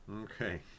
Okay